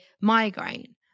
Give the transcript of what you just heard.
migraine